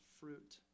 fruit